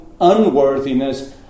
unworthiness